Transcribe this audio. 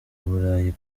burayi